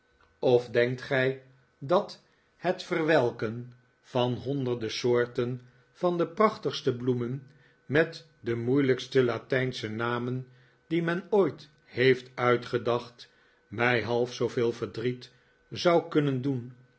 of denkt gij dat het verwelken van honderden soorten van de prachtigste bloemen met de moeilijkste latijnsche namen die men ooit heeft uitgedacht mij half zooveel verdriet zou kunneri doen